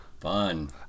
fun